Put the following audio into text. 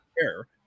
care